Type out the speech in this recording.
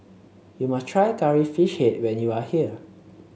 you must try Curry Fish Head when you are here